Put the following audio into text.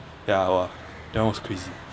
ya !wah! that one was crazy